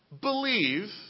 believe